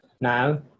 now